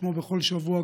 כמו בכל שבוע,